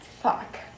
Fuck